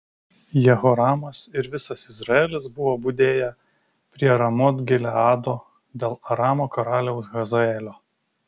jehoramas ir visas izraelis buvo budėję prie ramot gileado dėl aramo karaliaus hazaelio